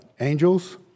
Angels